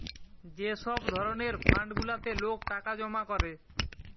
যে সব ধরণের ফান্ড গুলাতে লোক টাকা জমা করে